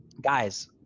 guys